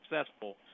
successful